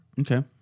Okay